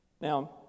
Now